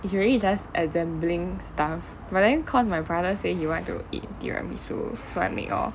it's really just assembling stuff but then cause my brother say he want to eat tiramisu so I make lor